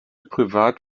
privat